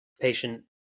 patient